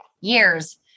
years